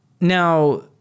Now